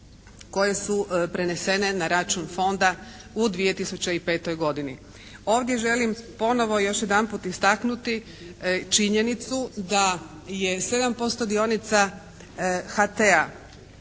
koje su prenesene na račun Fonda u 2005. godini. Ovdje želim ponovo još jedanput istaknuti činjenicu da je 7% dionica HT-a